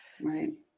Right